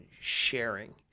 sharing